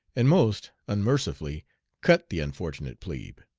and most unmercifully cut the unfortunate plebe.